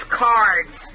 cards